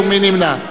מי נמנע?